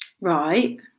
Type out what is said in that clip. Right